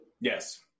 yes